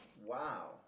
Wow